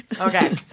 okay